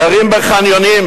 גרים בחניונים,